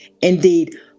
Indeed